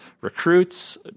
recruits